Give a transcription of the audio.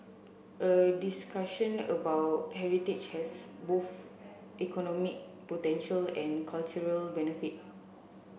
a discussion about heritage has both economic potential and cultural benefit